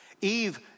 Eve